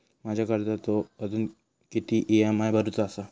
माझ्या कर्जाचो अजून किती ई.एम.आय भरूचो असा?